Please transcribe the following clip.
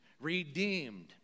redeemed